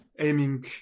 aiming